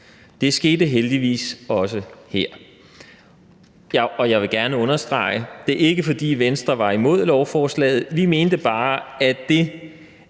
Det skete heldigvis også her. Og jeg vil gerne understrege, at det ikke var, fordi Venstre var imod lovforslaget; vi mente bare – og det